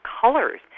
colors